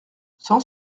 cent